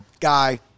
Guy